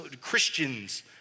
Christians